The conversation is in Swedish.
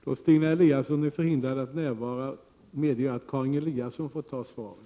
Då Stina Eliasson är förhindrad att närvara medger jag att Karin Israelsson får ta emot svaret.